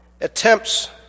attempts